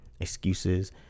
excuses